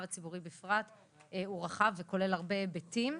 הציבורי בפרט הוא רחב וכולל הרבה היבטים,